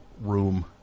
room